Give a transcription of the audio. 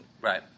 Right